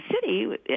city